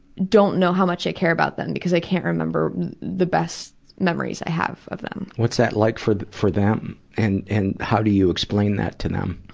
know how much i care about them because i can't remember the best memories i have of them. what's that like for for them, and and how do you explain that to them?